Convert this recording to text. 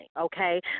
okay